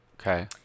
Okay